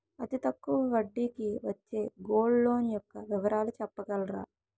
అతి తక్కువ వడ్డీ కి వచ్చే గోల్డ్ లోన్ యెక్క వివరాలు చెప్పగలరా?